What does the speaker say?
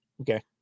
Okay